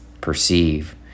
perceive